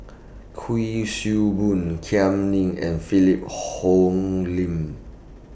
Kuik Swee Boon Kam Ning and Philip Hoalim